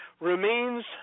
remains